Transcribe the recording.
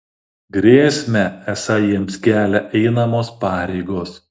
grėsmę esą jiems kelia einamos pareigos